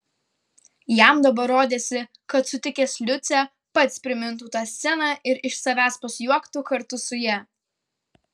jam dabar rodėsi kad sutikęs liucę pats primintų tą sceną ir iš savęs pasijuoktų kartu su ja